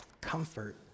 comfort